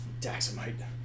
daxamite